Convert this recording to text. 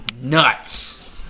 nuts